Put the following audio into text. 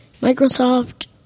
microsoft